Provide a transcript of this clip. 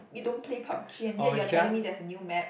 you don't play Pup-g and yet you are telling me there's a new map